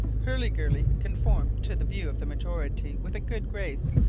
hurliguerly conformed to the view of the majority with a good grace,